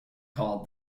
called